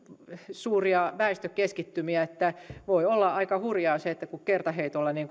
suuria väestökeskittymiä että voi olla aika hurjaa se että kertaheitolla